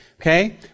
okay